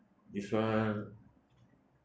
this one